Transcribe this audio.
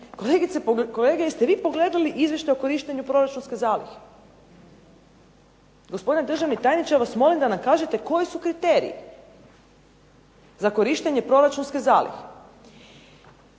kolege, jeste li vi pogledali izvještaj o korištenju proračunske zalihe? Gospodine državni tajniče ja vas molim da nam kažete koji su kriteriji za korištenje proračunske zalihe.